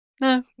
No